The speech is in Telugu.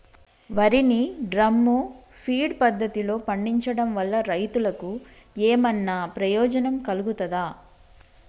వరి ని డ్రమ్ము ఫీడ్ పద్ధతిలో పండించడం వల్ల రైతులకు ఏమన్నా ప్రయోజనం కలుగుతదా?